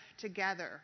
together